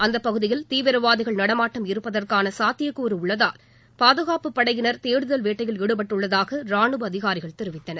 அந்தப்பகுதியில் தீவிரவாதிகள் நடமாட்டம் இருப்பதற்கான சாத்தியக்கூறு உள்ளதால் பாதுகாப்புப் படையினர் தேடுதல் வேட்டையில் ஈடுபட்டுள்ளதாக ராணுவ அதிகாரிகள் தெரிவித்தனர்